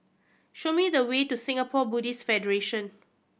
show me the way to Singapore Buddhist Federation